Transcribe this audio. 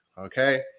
Okay